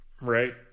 right